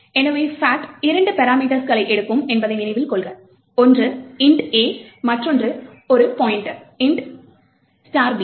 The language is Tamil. எனவே fact இரண்டு பரமீட்டர்ஸ்களை எடுக்கும் என்பதை நினைவில் கொள்க ஒன்று int a மற்றொன்று ஒரு பாய்ண்ட்டர் int b